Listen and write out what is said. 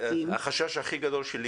החשש הכי גדול שלי,